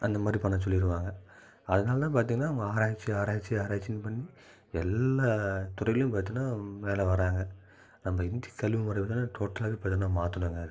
அந்த மாதிரி பண்ண சொல்லிடுவாங்க அதனால் பார்த்திங்கன்னா ஆராய்ச்சி ஆராய்ச்சி ஆராய்ச்சின்னு பண்ணி எல்லா துறையிலயும் பார்த்தீனா மேலே வராங்க நம்ம இந்திய கல்வி முறைகள் டோட்டலாகவே பெரிதாக மாற்றணுங்க